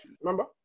remember